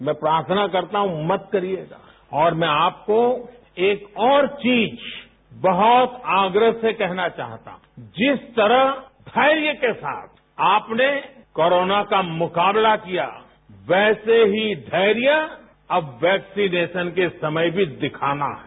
मैं प्रार्थना करता हूं मत करिए और मैं आपको एक और चीज बहुत आग्रह से कहना चाहता हूं जिस तरह धैर्य के साथ आपने कोरोना का मुकाबला किया वैसे ही धैर्य अब वैक्सीनेशन के समय भी दिखाना है